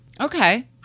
Okay